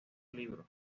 libro